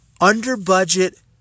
under-budget